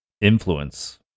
influence